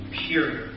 pure